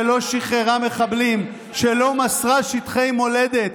שלא שחררה מחבלים, שלא מסרה שטחי מולדת,